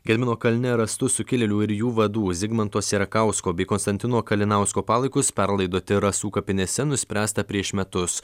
gedimino kalne rastų sukilėlių ir jų vadų zigmanto sierakausko bei konstantino kalinausko palaikus perlaidoti rasų kapinėse nuspręsta prieš metus